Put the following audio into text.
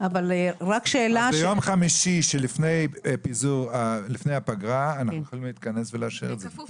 אז ביום חמישי לפני הפגרה אנחנו יכולים להתכנס ולאשר את זה.